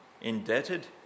indebted